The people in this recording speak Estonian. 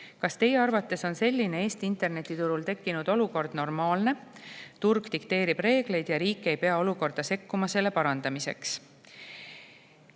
"Kas teie arvates on selline Eesti internetiturul tekkinud olukord normaalne? Turg dikteerib reegleid ja riik ei pea olukorda sekkuma selle parandamiseks?"